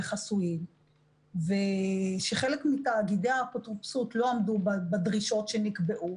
חסויים ושחלק מתאגידי האפוטרופסות לא עמדו בדרישות שנקבעו.